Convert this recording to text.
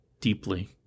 deeply